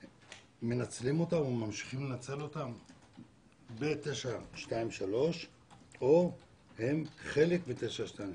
ממשיכים לנצל אותם ב-923 או שהם חלק מ-923?